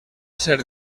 ser